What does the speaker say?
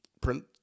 print